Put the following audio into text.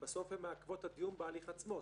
ובסוף הן מעכבות את הדיון בהליך עצמו.